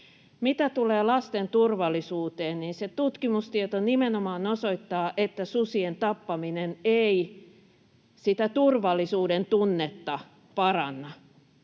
Mitä tulee lasten turvallisuuteen, niin se tutkimustieto nimenomaan osoittaa, että susien tappaminen ei sitä turvallisuudentunnetta paranna,